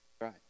right